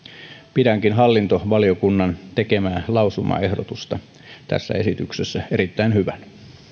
pidänkin hallintovaliokunnan tekemää lausumaehdotusta tässä esityksessä erittäin hyvänä